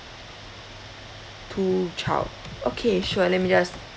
two child okay sure let me just